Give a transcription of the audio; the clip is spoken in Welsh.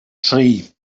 tri